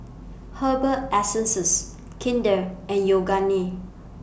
Herbal Essences Kinder and Yoogane